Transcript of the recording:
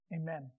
Amen